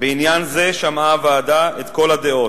בעניין זה שמעה הוועדה את כל הדעות,